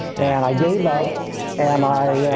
and i gave up and i